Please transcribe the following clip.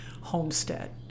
homestead